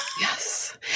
Yes